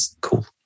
Cool